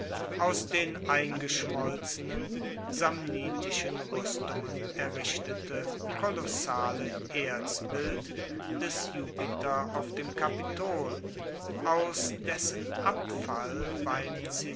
aus den eingeschmolzenen samnitischen ruestungen errichtete kolossale erzbild des jupiter auf dem kapitol aus dessen abfall beim